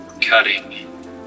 cutting